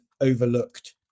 overlooked